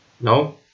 no